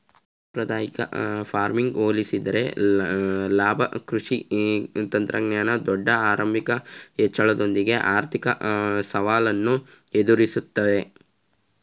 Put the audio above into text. ಸಾಂಪ್ರದಾಯಿಕ ಫಾರ್ಮ್ಗೆ ಹೋಲಿಸಿದರೆ ಲಂಬ ಕೃಷಿ ತಂತ್ರಜ್ಞಾನ ದೊಡ್ಡ ಆರಂಭಿಕ ವೆಚ್ಚಗಳೊಂದಿಗೆ ಆರ್ಥಿಕ ಸವಾಲನ್ನು ಎದುರಿಸ್ತವೆ